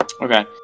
Okay